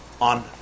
on